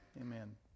Amen